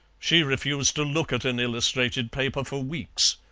she refused to look at an illustrated paper for weeks,